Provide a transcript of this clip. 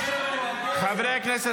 חברי הכנסת,